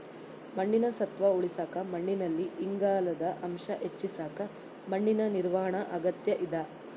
ಮಣ್ಣಿನ ಸತ್ವ ಉಳಸಾಕ ಮಣ್ಣಿನಲ್ಲಿ ಇಂಗಾಲದ ಅಂಶ ಹೆಚ್ಚಿಸಕ ಮಣ್ಣಿನ ನಿರ್ವಹಣಾ ಅಗತ್ಯ ಇದ